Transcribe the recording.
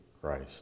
Christ